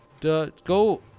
go